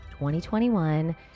2021